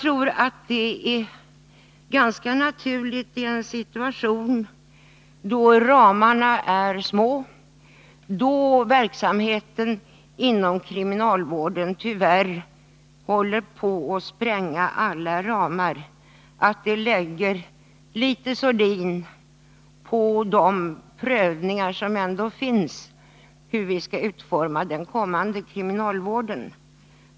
I en situation där anslagen är små och då verksamheten inom kriminalvården håller på att spränga alla ramar är det ganska naturligt att detta tyvärr lägger sordin på stämningen vid alla funderingar på hur vi skall utforma den kommande kriminalvården.